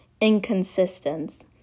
inconsistence